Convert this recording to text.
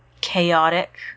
chaotic